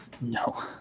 No